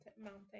Mountain